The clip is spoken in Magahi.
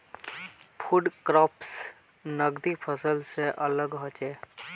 फ़ूड क्रॉप्स नगदी फसल से अलग होचे